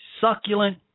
succulent